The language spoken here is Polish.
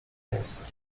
jest